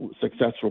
successful